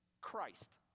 Christ